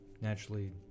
naturally